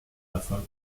erfolg